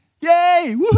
Yay